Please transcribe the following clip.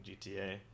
GTA